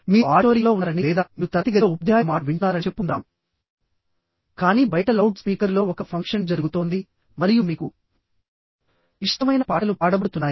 మీరు ఆడిటోరియంలో ఉన్నారని లేదా మీరు తరగతి గదిలో ఉపాధ్యాయుల మాటలు వింటున్నారని చెప్పుకుందాంకానీ బయట లౌడ్ స్పీకర్లో ఒక ఫంక్షన్ జరుగుతోంది మరియు మీకు ఇష్టమైన పాటలు పాడబడుతున్నాయి